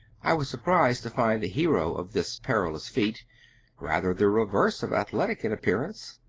i was surprised to find the hero of this perilous feat rather the reverse of athletic in appearance.